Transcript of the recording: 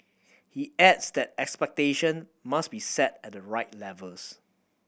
he adds that expectation must be set at the right levels